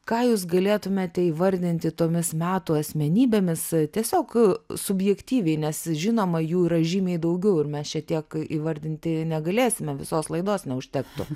ką jūs galėtumėte įvardinti tomis metų asmenybėmis tiesiog subjektyviai nes žinoma jų yra žymiai daugiau ir mes čia tiek įvardinti negalėsime visos laidos neužtektų